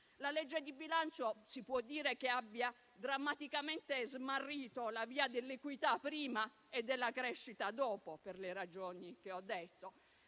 La legge di bilancio si può dire che abbia drammaticamente smarrito la via dell'equità prima e della crescita dopo, per le ragioni che ho detto.